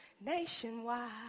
nationwide